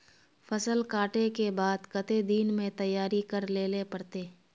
फसल कांटे के बाद कते दिन में तैयारी कर लेले पड़ते?